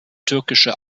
türkische